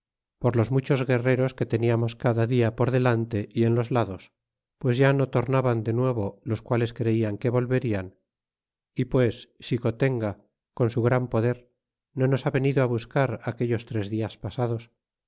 por los muchos guerreros que teniamos cada dia por delante y en los lados y pues ya no tornaban de nuevo los quales creian que volverian y pues xicotenga con su gran poder no nos ha venido a buscar aquellos tres dias pasados